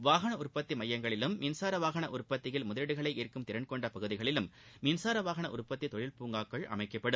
வாகன உற்பத்தி மையங்களிலும் மின்சார வாகன உற்பத்தியில் முதலீடுகளை ஈா்க்கும் திறன் கொண்ட பகுதிகளிலும் மின்சார வாகன உற்பத்தி தொழில் பூங்காக்கள் அமைக்கப்படும்